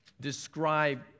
describe